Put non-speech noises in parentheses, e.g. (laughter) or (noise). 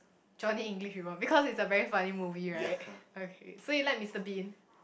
Johnny-English-Reborn because it's a very funny movie right (laughs) okay (laughs) so you like Mister-Bean